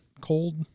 cold